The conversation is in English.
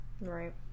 Right